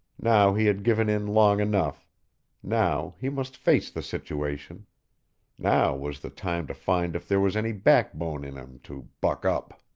now he had given in long enough now he must face the situation now was the time to find if there was any backbone in him to buck up.